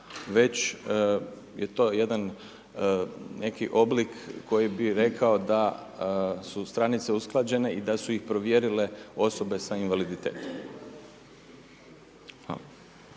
već je to jedan neki oblik koji bi rekao da su stranice usklađene i da su ih provjerila osobe sa invaliditetom.